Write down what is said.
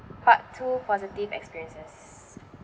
part two positive experiences